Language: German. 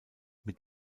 mit